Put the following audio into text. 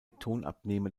tonabnehmer